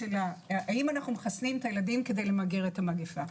האם אנחנו מחסנים את הילדים כדי למגר את המגפה.